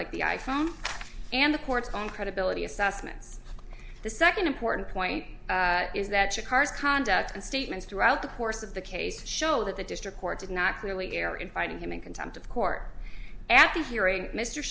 like the i phone and the court's own credibility assessments the second important point is that your car's conduct and statements throughout the course of the case show that the district court did not clearly err inviting him in contempt of court after hearing mr